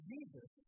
Jesus